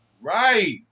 Right